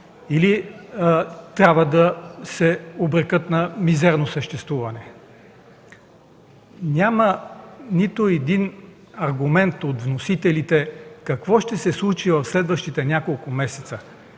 или да се обрекат на мизерно съществуване. Няма нито един аргумент от вносителите какво ще се случи в следващите няколко месеца.